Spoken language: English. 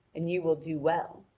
and you will do well.